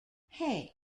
hey